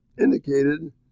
indicated